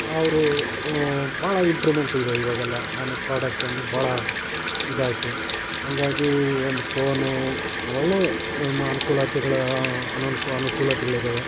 ಅವರು ಭಾಳ ಇಂಪ್ರೂವ್ಮೆಂಟಿದೆ ಇವಾಗೆಲ್ಲ ನಾನು ಪ್ರಾಡಕ್ಟ್ವೊಂದು ಬಹಳ ಇದಾಯಿತು ಹಾಗಾಗಿ ಒಂದು ಪೋನ್ ಒಳ್ಳೆ ಅನುಕೂಲತೆಗಳ ಅನಾನು ಅನುಕೂಲತೆಗಳಿದ್ದಾವೆ